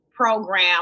program